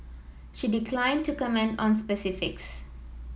she declined to comment on specifics